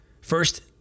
First